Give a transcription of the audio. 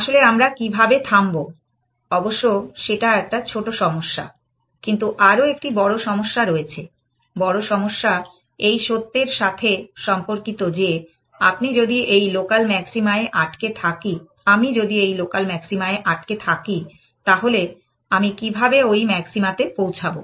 তাহলে আমরা কীভাবে থামব অবশ্য সেটা একটা ছোট সমস্যা কিন্তু আরও একটি বড় সমস্যা রয়েছে বড় সমস্যা এই সত্যের সাথে সম্পর্কিত যে আমি যদি এই লোকাল ম্যাক্সিমা এ আটকে থাকি তাহলে আমি কীভাবে ওই ম্যাক্সিমা তে পৌঁছাব